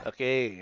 Okay